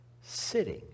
sitting